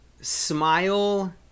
smile